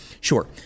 Sure